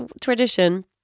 tradition